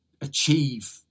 achieve